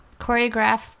choreograph